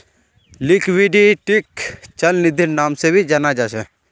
लिक्विडिटीक चल निधिर नाम से भी जाना जा छे